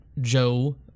Joe